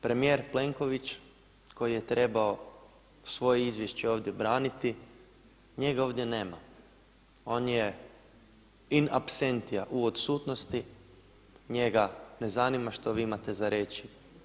Premijer Plenković koji je trebao svoje izvješće ovdje braniti, njega ovdje nema, on je in absentia, u odsutnosti, njega ne zanima što vi imate za reći.